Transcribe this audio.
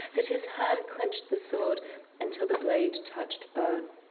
that his hand clenched the sword until the blade touched bone.